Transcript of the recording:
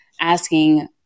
asking